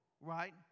right